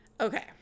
Okay